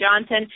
Johnson